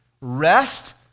rest